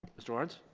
mister lawrence?